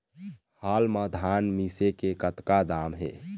हाल मा धान मिसे के कतका दाम हे?